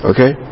Okay